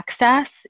access